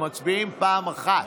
מצביעים פעם אחת.